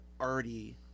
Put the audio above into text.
already